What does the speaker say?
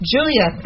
Julia